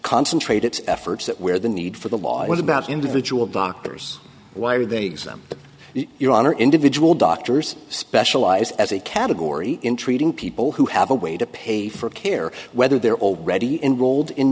concentrate its efforts that where the need for the law is about individual doctors why are they your honor individual doctors specialize as a category in treating people who have a way to pay for care whether they're already in gold in